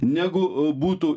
negu būtų